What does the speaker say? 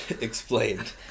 Explained